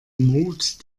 mut